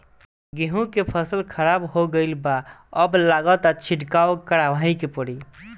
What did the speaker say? गेंहू के फसल खराब हो गईल बा अब लागता छिड़काव करावही के पड़ी